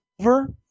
over